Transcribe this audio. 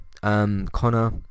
Connor